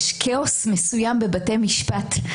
יש כאוס מסוים בבתי משפט,